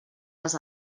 les